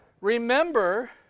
remember